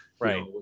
Right